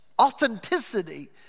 authenticity